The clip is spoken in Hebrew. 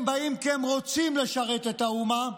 הם באים כי רוצים לשרת את האומה,